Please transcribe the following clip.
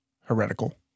heretical